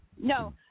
No